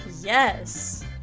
Yes